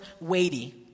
weighty